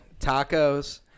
tacos